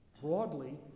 broadly